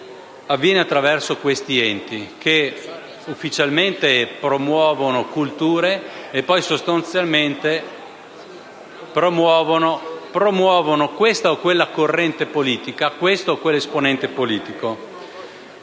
avviene attraverso questi enti, che ufficialmente promuovono cultura ma che poi sostanzialmente promuovono questa o quella corrente politica, questo o quell'esponente politico.